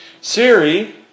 Siri